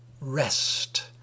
Rest